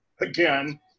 Again